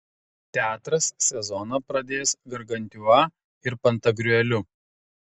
teatras sezoną pradės gargantiua ir pantagriueliu